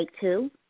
two